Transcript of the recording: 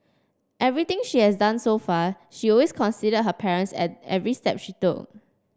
everything she has done so far she always considered her parents at every step she took